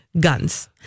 guns